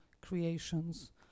creations